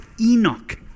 Enoch